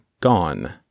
Gone